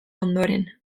ondoren